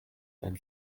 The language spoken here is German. beim